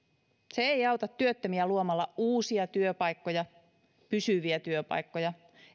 se ei auta työttömiä luomalla uusia työpaikkoja pysyviä työpaikkoja